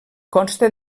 consta